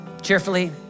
cheerfully